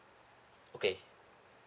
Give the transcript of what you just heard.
okay